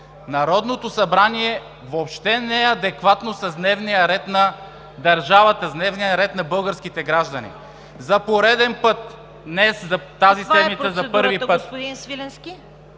Народното събрание въобще не е адекватно с дневния ред на държавата, с дневния ред на българските граждани. За пореден път днес, за тази седмица за първи път…